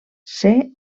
ser